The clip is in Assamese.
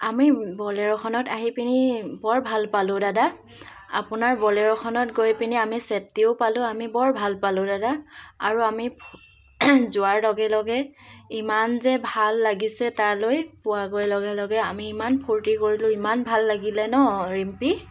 আমি বলেৰ'খনত আহি পিনি বৰ ভাল পালোঁ দাদা আপোনাৰ বলেৰ'খনত গৈ পিনি ছেফ্টিও পালোঁ আমি বৰ ভাল পালোঁ দাদা আৰু আমি যোৱাৰ লগে লগে ইমান যে ভাল লাগিছে তালৈ পোৱাগৈ লগে লগে আমি ইমান ফূৰ্তি কৰিলোঁ ইমান ভাল লাগিলে ন ৰিম্পী